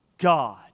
God